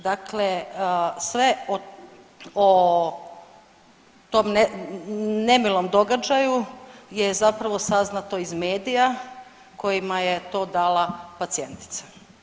Dakle, sve o tom nemilom događaju je zapravo saznato iz medija kojima je to dala pacijentica.